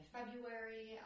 February